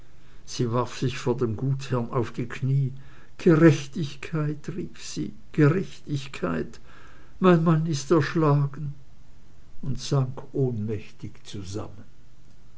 sie warf sich vor dem gutsherrn auf die knie gerechtigkeit rief sie gerechtigkeit mein mann ist erschlagen und sank ohnmächtig zusammen